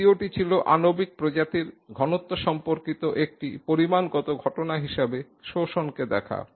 দ্বিতীয়টি ছিল আণবিক প্রজাতির ঘনত্ব সম্পর্কিত একটি পরিমাণগত ঘটনা হিসাবে শোষণকে দেখা